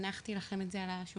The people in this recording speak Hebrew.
הנחתי לכם את זה על השולחן,